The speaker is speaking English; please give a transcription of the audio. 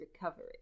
recovery